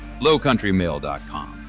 Lowcountrymail.com